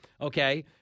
Okay